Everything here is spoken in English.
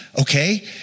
Okay